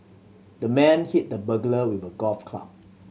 the man hit the burglar with a golf club